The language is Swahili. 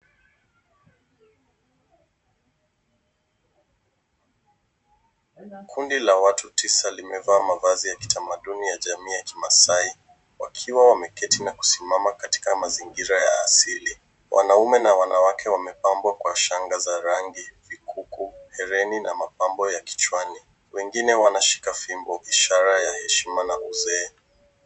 Kundi la watu tisa limevaa mavazi ya kitamaduni ya jamii ya Kimaasai wakiwa wameketi na kusimama katika mazingira ya asili. Wanaume na wanawake wamepambwa kwa shanga za rangi, vikuku, herini na mapambo ya kichwani. Wengine wanashika fimbo, ishara ya heshima na uzee.